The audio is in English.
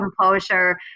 composure